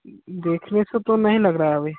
देखने से तो नहीं लग रहा है अभी